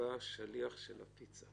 שבא שליח של פיצה.